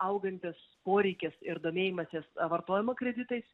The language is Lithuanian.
augantis poreikis ir domėjimasis vartojimo kreditais